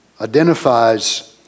identifies